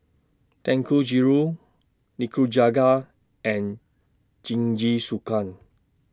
Dangojiru Nikujaga and Jingisukan